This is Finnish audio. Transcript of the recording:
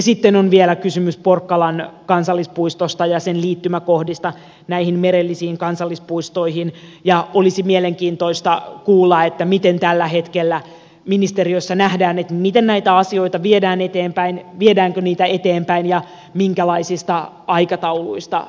sitten on vielä kysymys porkkalan kansallispuistosta ja sen liittymäkohdista näihin merellisiin kansallispuistoihin ja olisi mielenkiintoista kuulla miten tällä hetkellä ministeriössä nähdään miten näitä asioita viedään eteenpäin viedäänkö niitä eteenpäin ja minkälaisista aikatauluista puhutaan